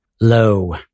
low